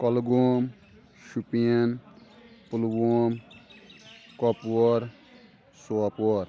کۄلہٕ گوم شُپین پُلووم کۄپوور سوپور